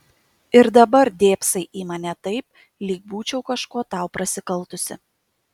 ir dabar dėbsai į mane taip lyg būčiau kažkuo tau prasikaltusi